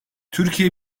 türkiye